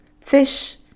fish